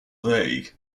vague